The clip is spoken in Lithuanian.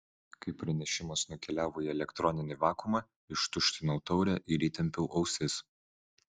kai pranešimas nukeliavo į elektroninį vakuumą ištuštinau taurę ir įtempiau ausis